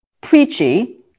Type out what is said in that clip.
preachy